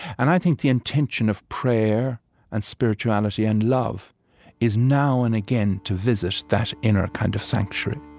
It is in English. and i think the intention of prayer and spirituality and love is now and again to visit that inner kind of sanctuary